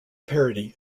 parody